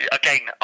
again